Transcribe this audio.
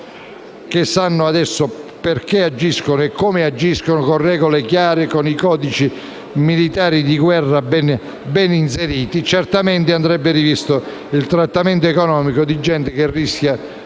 che sanno adesso perché agiscono e come agiscono, con regole chiare e con i codici militari di guerra ben delineati. Certamente andrebbe rivisto il trattamento economico, trattandosi di gente che rischia